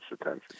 attention